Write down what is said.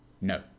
No